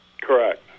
Correct